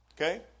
okay